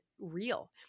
real